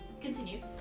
Continue